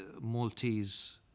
Maltese